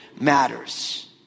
matters